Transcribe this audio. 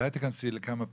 אולי תיכנסי לכמה פרטים,